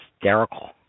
hysterical